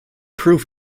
proved